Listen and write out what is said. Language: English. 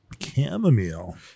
chamomile